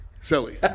Silly